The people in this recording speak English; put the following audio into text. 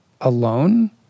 alone